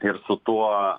ir su tuo